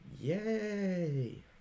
Yay